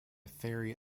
ferry